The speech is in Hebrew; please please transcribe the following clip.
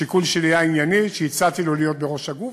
השיקול שלי היה ענייני כשהצעתי לו להיות בראש הגוף,